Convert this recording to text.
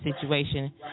situation